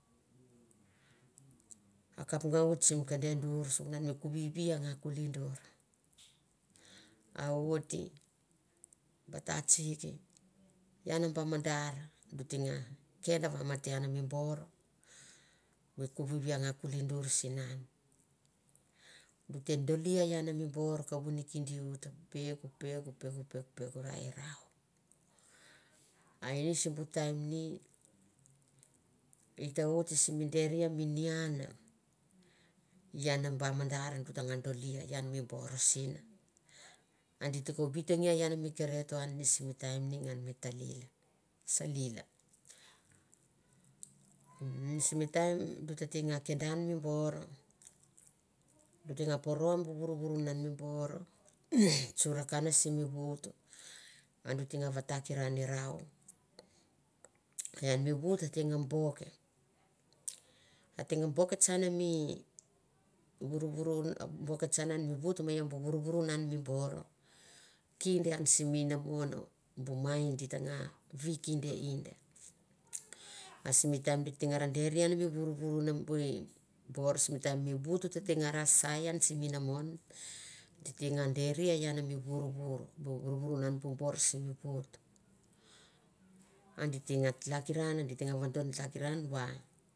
Kap nga oit kenda dur sunan mi kuvivi a nga kuli dur. Aoiti ba tatsik. ian ba madar du teng nga kendavamate an mi bor. mi kuvivi anga kuli dur sin an du te doli ian mi bor. mi kuvivi a nga kuli dur sin. Du te dolian mi bor kavu niken i ut peuk peuk peuk. peuk peuk ra i rau. A ini simib u taimni ngan mi talil salila. Umm simi taim du tete ngan dolia ian mi bor, du tenga poro bu vurvur malana mi bor. tsurak sim vut a du te nga vatakiron irau. An mi vut a te nga boeke tsan mi vut ma ian bu vurvurun mi bor. kinda an sim inamon bu mai di ta nga vikainda. A simi taim di teng ra deri an mi vurvurun an sim vut. a di te nga tlakiran va.